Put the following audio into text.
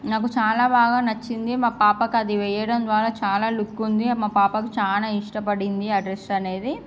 నాకు చాలా బాగా నచ్చింది మా పాపకి అది వేయడం ద్వారా చాలా లుక్ ఉంది మా పాపాకు చాలా ఇష్టపడింది ఆ డ్రెస్సు అనేది